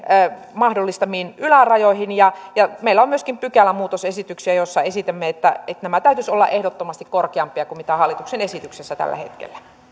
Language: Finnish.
mahdollistamiin ylärajoihin meillä on myöskin pykälämuutosesityksiä joissa esitämme että näiden täytyisi olla ehdottomasti korkeampia kuin mitä on hallituksen esityksessä tällä hetkellä